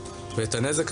את הנתונים